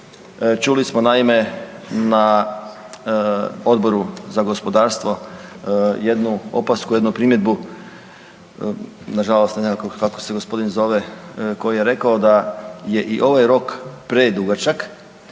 Čuli smo naime na Odboru za gospodarstvo jednu opasku, jednu primjedbu nažalost ne znam kako se gospodin zove koji je rekao da je i ovaj rok predugačak